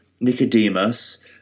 Nicodemus